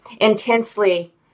intensely